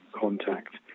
contact